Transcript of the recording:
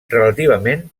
relativament